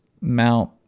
mount